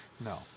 No